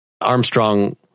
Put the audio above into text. Armstrong